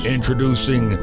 Introducing